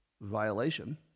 violation